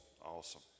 awesome